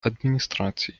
адміністрації